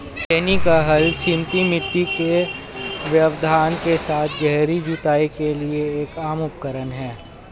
छेनी का हल सीमित मिट्टी के व्यवधान के साथ गहरी जुताई के लिए एक आम उपकरण है